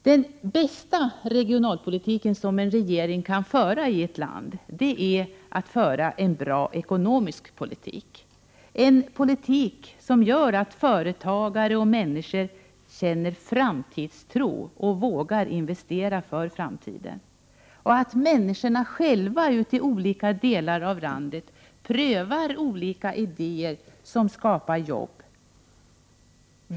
Den bästa regionalpolitik som en regering kan föra i ett land är en bra ekonomisk politik, en politik som gör att företagare och människor känner framtidstro och vågar investera för framtiden och som gör att människor själva i olika delar av landet prövar olika idéer som skapar jobb.